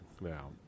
Now